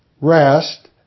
rest